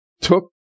took